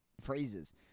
phrases